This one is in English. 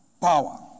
Power